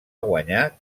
guanyar